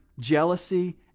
jealousy